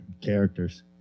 characters